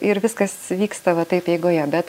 ir viskas vyksta va taip eigoje bet